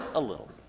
a little.